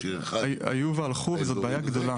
היו והלכו וזו בעיה גדולה.